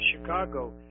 Chicago